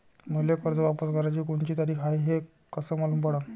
मले कर्ज वापस कराची कोनची तारीख हाय हे कस मालूम पडनं?